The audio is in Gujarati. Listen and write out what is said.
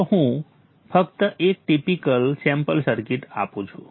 ચાલો હું ફક્ત એક ટીપીકલ સેમ્પલ સર્કિટ આપું છું